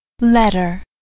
LETTER